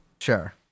sure